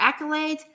accolades